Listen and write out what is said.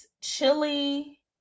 Chili